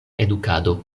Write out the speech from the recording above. edukado